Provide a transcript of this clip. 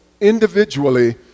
individually